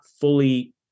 fully